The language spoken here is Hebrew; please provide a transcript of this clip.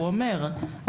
הוא אומר,